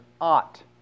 ought